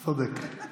צודק.